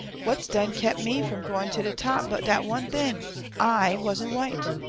what's done kep' me from gwine ter de top but dat one thing i wasn't white!